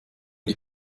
die